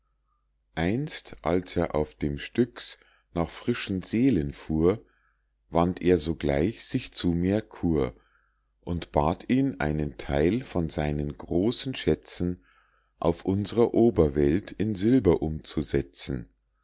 einst als er auf dem styx nach frischen seelen fuhr wandt er sogleich sich zu merkur und bat ihn einen theil von seinen großen schätzen auf uns'rer oberwelt in silber umzusetzen